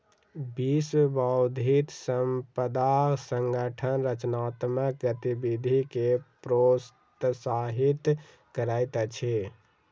विश्व बौद्धिक संपदा संगठन रचनात्मक गतिविधि के प्रोत्साहित करैत अछि